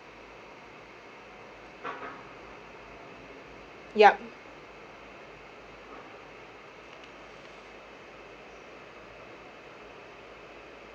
yup